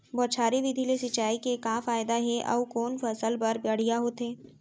बौछारी विधि ले सिंचाई के का फायदा हे अऊ कोन फसल बर बढ़िया होथे?